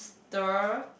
the